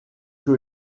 que